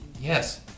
Yes